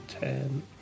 ten